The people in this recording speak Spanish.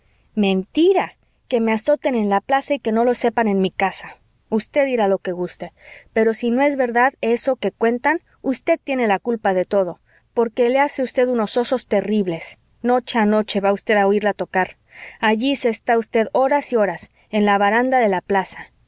mentira que me azoten en la plaza y que no lo sepan en mi casa usted dirá lo que guste pero si no es verdad eso que cuentan usted tiene la culpa de todo porque le hace usted unos osos terribles noche a noche va usted a oirla tocar allí se está usted horas y horas en la baranda de la plaza